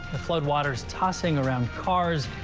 flood waters, tossing around cars